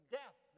death